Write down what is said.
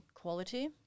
Quality